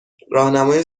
راهنمای